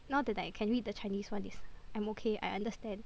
now that I can read the Chinese [one] is I'm okay I understand